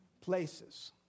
places